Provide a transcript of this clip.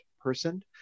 person